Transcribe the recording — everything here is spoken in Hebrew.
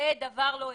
זה דבר לא הגיוני,